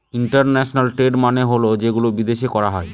international trade মানে হল যেগুলো বিদেশে করা হয়